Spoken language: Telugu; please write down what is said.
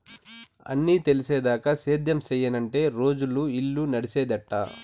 అన్నీ తెలిసేదాకా సేద్యం సెయ్యనంటే రోజులు, ఇల్లు నడిసేదెట్టా